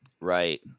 right